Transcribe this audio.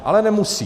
Ale nemusí.